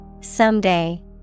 Someday